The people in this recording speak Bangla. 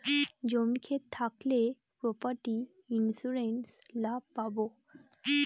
জমি ক্ষেত থাকলে প্রপার্টি ইন্সুরেন্স লাভ পাবো